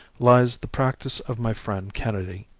lies the practice of my friend kennedy.